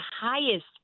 highest